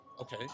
okay